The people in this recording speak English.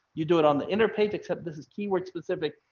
you do it on the inner page, except this is keyword specific,